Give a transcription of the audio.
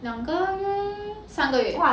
两个月三个月